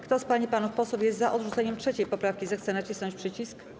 Kto z pań i panów posłów jest za odrzuceniem 3. poprawki, zechce nacisnąć przycisk.